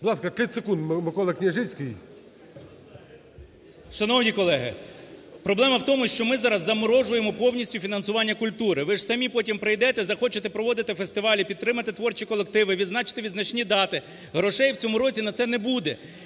ласка, 30 секунд Микола Княжицький. 13:19:58 КНЯЖИЦЬКИЙ М.Л. Шановні колеги, проблема в тому, що ми зараз заморожуємо повністю фінансування культури. Ви ж самі потім прийдете і захочете проводити фестиваль і підтримати творчі колективи, відзначити визначні дати, грошей у цьому році на це не буде